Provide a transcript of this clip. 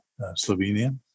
Slovenia